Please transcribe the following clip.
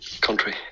country